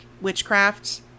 witchcraft